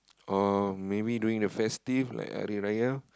or maybe during the festive like Hari Raya